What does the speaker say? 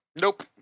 Nope